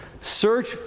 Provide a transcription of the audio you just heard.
search